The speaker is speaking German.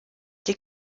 die